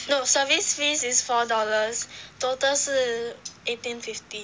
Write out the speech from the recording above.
no service fees is four dollars total 是 eighteen fifty